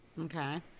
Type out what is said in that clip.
Okay